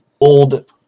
old